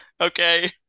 okay